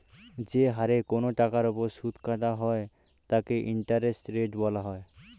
যে হারে কোন টাকার উপর সুদ কাটা হয় তাকে ইন্টারেস্ট রেট বলা হয়